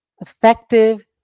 effective